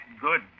good